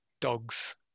dogs